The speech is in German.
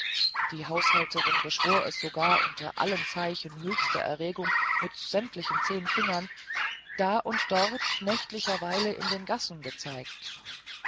die haushälterin beschwor es sogar unter allen zeichen höchster erregung mit sämtlichen zehn fingern da und dort nächtlicherweile in den gassen gezeigt